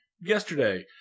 yesterday